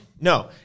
No